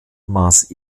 maß